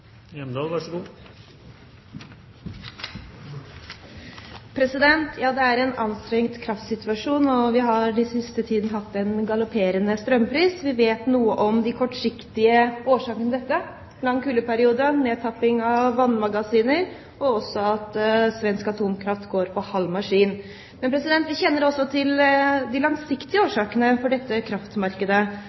Ja, det er en anstrengt kraftsituasjon, og vi har den siste tiden hatt en galopperende strømpris. Vi vet noe om de kortsiktige årsakene til dette: en lang kuldeperiode, nedtapping av vannmagasiner og også at svensk atomkraft går for halv maskin. Men vi kjenner også til de langsiktige årsakene til dette kraftmarkedet.